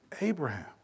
Abraham